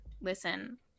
listen